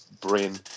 brain